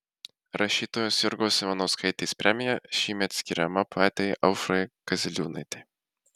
rašytojos jurgos ivanauskaitės premija šįmet skiriama poetei aušrai kaziliūnaitei